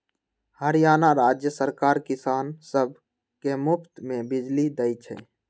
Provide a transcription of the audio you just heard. हरियाणा राज्य सरकार किसान सब के मुफ्त में बिजली देई छई